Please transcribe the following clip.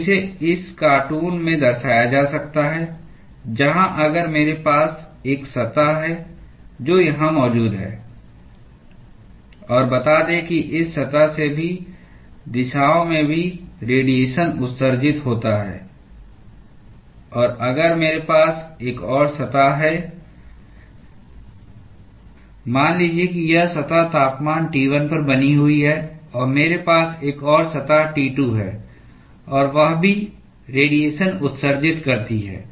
तो इसे इस कार्टून में दर्शाया जा सकता है जहां अगर मेरे पास एक सतह है जो यहां मौजूद है और बता दें कि इस सतह से सभी दिशाओं में रेडीएशन उत्सर्जित होता है और अगर मेरे पास एक और सतह है मान लीजिए कि यह सतह तापमान T 1 पर बनी हुई है और मेरे पास एक और सतह T2 है और वह भी रेडीएशन उत्सर्जित करती है